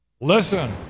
Listen